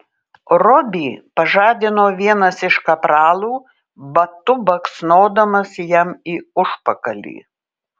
robį pažadino vienas iš kapralų batu baksnodamas jam į užpakalį